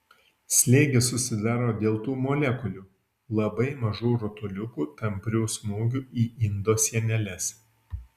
slėgis susidaro dėl tų molekulių labai mažų rutuliukų tamprių smūgių į indo sieneles